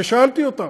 ושאלתי אותם.